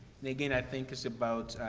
and, again, i think it's about,